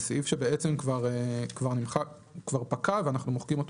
זה סעיף שבעצם כבר פקע ואנחנו מוחקים אותו